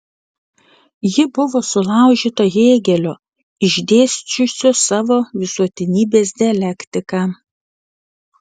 ji buvo sulaužyta hėgelio išdėsčiusio savo visuotinybės dialektiką